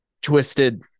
twisted